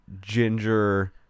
ginger